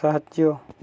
ସାହାଯ୍ୟ